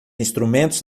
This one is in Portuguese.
instrumentos